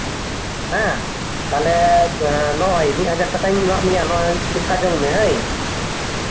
ᱦᱮᱸ ᱱᱚᱜᱼᱚᱭ ᱢᱤᱫ ᱦᱟᱡᱟᱨ ᱴᱟᱠᱟᱧ ᱮᱢᱟᱫ ᱢᱮᱭᱟ ᱞᱮᱠᱷᱟ ᱡᱚᱝ ᱢᱮ ᱦᱳᱭ